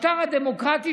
המורשת,